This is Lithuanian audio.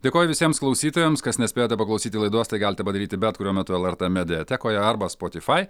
dėkoju visiems klausytojams kas nespėjote paklausyti laidos tai galite padaryti bet kuriuo metu lrt mediatekoje arba spotyfai